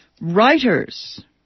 Writers